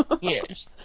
Yes